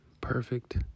perfect